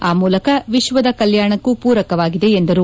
ಆ ಮೂಲಕ ವಿಶ್ವದ ಕಲ್ಯಾಣಕ್ಕೂ ಪೂರಕವಾಗಿದೆ ಎಂದರು